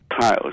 tiles